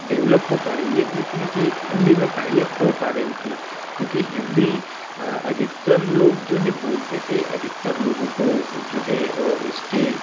develop हो पा रही है जितनी कि हिंदी में पहले हो पा रही थी क्योंकि हिंदी अधिकतम लोग जो है बोलते थे अधिकतर लोगों को जो है उसकी